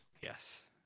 yes